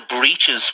breaches